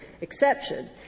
exception